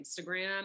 Instagram